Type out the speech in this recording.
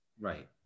Right